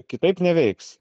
kitaip neveiks